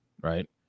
right